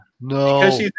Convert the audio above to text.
No